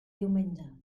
diumenge